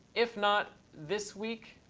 if not this week,